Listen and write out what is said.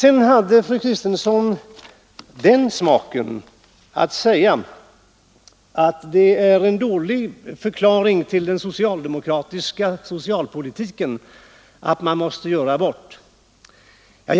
Fru Kristensson hade vidare smaken att säga att det är ett dåligt betyg för den socialdemokratiska socialpolitiken att aborter måste förekomma.